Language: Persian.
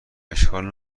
اشکال